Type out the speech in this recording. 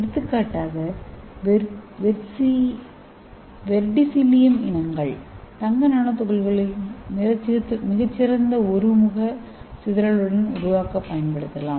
எடுத்துக்காட்டாக வெர்டிசிலியம் இனங்கள் தங்க நானோதுகள்களை மிகச்சிறந்த ஒருமுக மோனோ சிதறலுடன் உருவாக்கப் பயன்படுத்தலாம்